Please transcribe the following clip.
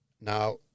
Now